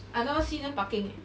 I never see them parking eh